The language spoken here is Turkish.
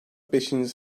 beşinci